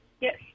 yes